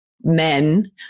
men